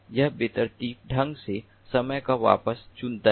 यह बेतरतीब ढंग से समय का वापस चुनता है